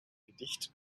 gedicht